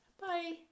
Bye